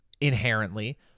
inherently